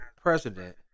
president